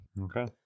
Okay